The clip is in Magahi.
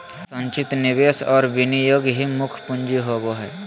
संचित निवेश और विनियोग ही मुख्य पूँजी होबो हइ